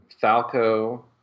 Falco